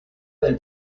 del